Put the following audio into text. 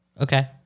Okay